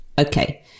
Okay